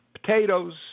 potatoes